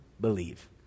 believe